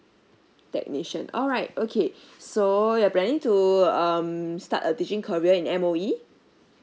technician all right okay so you're planning to um start a teaching career in M_O_E